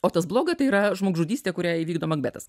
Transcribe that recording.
o tas blogai tai yra žmogžudystė kurią įvykdo makbetas